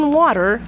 water